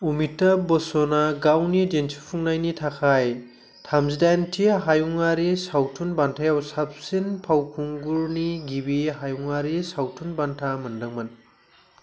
अमिताभ बच्चनआ गावनि दिन्थिफुंनायनि थाखाय थामजि दाइनथि हायुङारि सावथुन बान्थायाव साबसिन फावखुंगुरनि गिबि हायुङारि सावथुन बान्था मोनदोंमोन